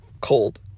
cold